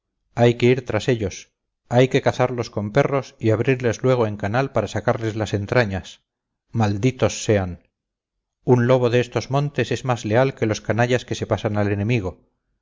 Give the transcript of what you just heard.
hay que ir tras ellos hay que cazarlos con perros y abrirles luego en canal para sacarles las entrañas malditos sean un lobo de estos montes es más leal que los canallas que se pasan al enemigo